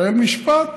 מתנהל משפט.